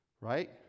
right